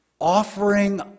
offering